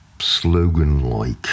slogan-like